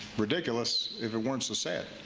ridiculous if it weren't so sad.